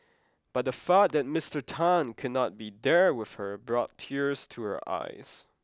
but the thought that Mister Tan could not be there with her brought tears to her eyes